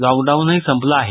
लॉकडाउनही संपलं आहे